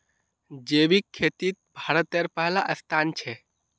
जैविक खेतित भारतेर पहला स्थान छे